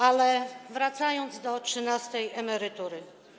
Ale wracam do trzynastej emerytury.